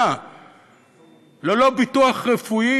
ללא ביטוח רפואי,